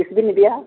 ᱛᱤᱥᱵᱤᱱ ᱤᱫᱤᱭᱟ